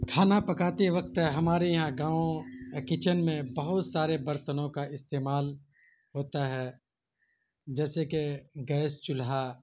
کھانا پکاتے وقت ہمارے یہاں گاؤں یا کچن میں بہت سارے برتنوں کا استعمال ہوتا ہے جیسے کہ گیس چولہا